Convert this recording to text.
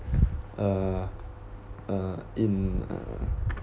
uh uh in uh